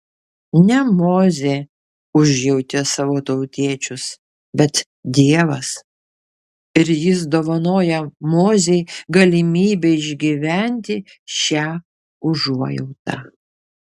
ne mozė užjautė savo tautiečius bet dievas ir jis dovanoja mozei galimybę išgyventi šią užuojautą